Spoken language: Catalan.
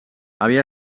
havia